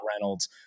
Reynolds